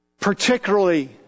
particularly